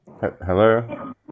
Hello